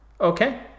Okay